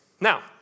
Now